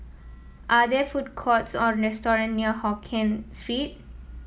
are there food courts or restaurant near Hokien Street